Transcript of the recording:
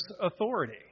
authority